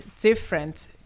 different